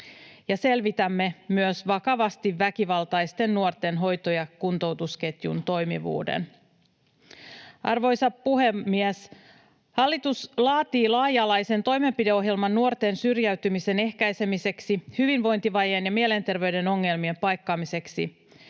Selvitämme myös vakavasti väkivaltaisten nuorten hoito- ja kuntoutusketjun toimivuuden. Arvoisa puhemies! Hallitus laatii laaja-alaisen toimenpideohjelman nuorten syrjäytymisen ehkäisemiseksi, hyvinvointivajeen ja mielenterveyden ongelmien paikkaamiseksi.